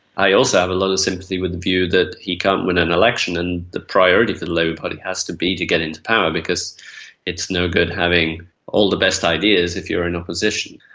i also have a lot of sympathy with the view that he can't win an election, and the priority for the labour party has to be to get into power because it's no good having all the best ideas if you are in opposition.